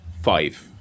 Five